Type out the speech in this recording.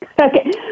Okay